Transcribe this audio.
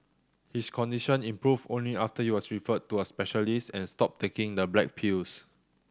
his condition improved only after he was referred to a specialist and stopped taking the black pills